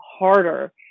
Harder